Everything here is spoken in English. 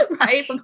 right